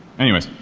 anyway,